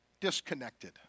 disconnected